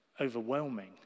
overwhelming